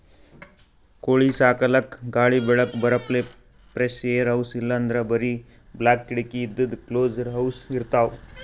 ಕೋಳಿ ಸಾಕಲಕ್ಕ್ ಗಾಳಿ ಬೆಳಕ್ ಬರಪ್ಲೆ ಫ್ರೆಶ್ಏರ್ ಹೌಸ್ ಇಲ್ಲಂದ್ರ್ ಬರಿ ಬಾಕ್ಲ್ ಕಿಡಕಿ ಇದ್ದಿದ್ ಕ್ಲೋಸ್ಡ್ ಹೌಸ್ ಇರ್ತವ್